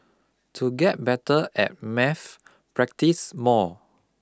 to get better at maths practise more